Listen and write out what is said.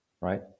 right